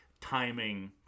timing